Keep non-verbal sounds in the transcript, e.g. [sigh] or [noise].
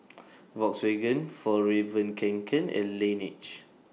[noise] Volkswagen Fjallraven Kanken and Laneige